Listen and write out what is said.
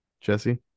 Jesse